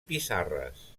pissarres